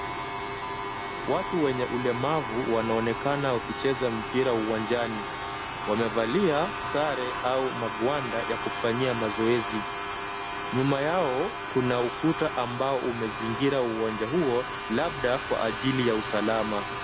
Watu wenye ulemavu wanaonekana wakicheza mpira uwanjani. Wamevalia sare au magwanda ya kufanyia mazoezi. Nyuma yao kuna ukuta ambao umezingira uwanja huo, labda kwa ajili ya usalama.